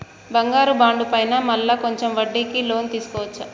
బంగారు బాండు పైన మళ్ళా కొంచెం వడ్డీకి లోన్ తీసుకోవచ్చా?